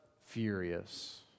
furious